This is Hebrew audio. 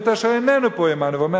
ואת אשר איננו פה עמנו היום".